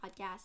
podcast